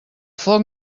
foc